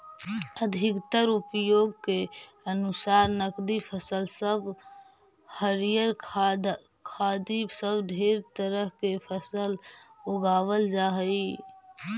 अधिकतर उपयोग के अनुसार नकदी फसल सब हरियर खाद्य इ सब ढेर तरह के फसल सब उगाबल जा हई